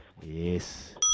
Yes